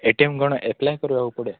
ଏ T M କ'ଣ apply କରିବାକୁ ପଡ଼େ